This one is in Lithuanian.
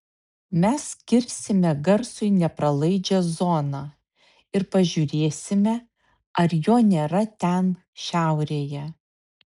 mes kirsime garsui nepralaidžią zoną ir pažiūrėsime ar jo nėra ten šiaurėje